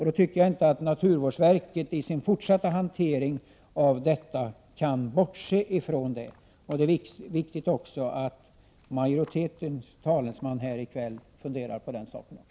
Detta kan naturvårdsverket vid sin fortsatta hantering inte bortse ifrån. Det är också viktigt att majoritetens talesman här i kväll funderar över detta.